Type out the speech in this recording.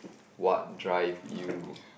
what drive you